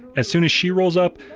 as soon as she rolls up,